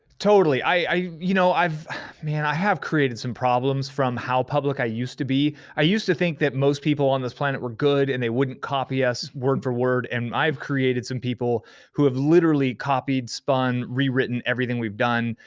totally, you know, i mean i have created some problems from how public i used to be. i used to think that most people on this planet were good and they wouldn't copy us word for word, and i have created some people who have literally copied, spun, rewritten everything we've done.